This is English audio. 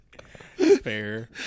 Fair